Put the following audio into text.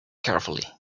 carefully